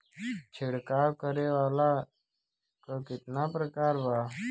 छिड़काव करे वाली क कितना प्रकार बा?